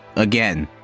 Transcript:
again.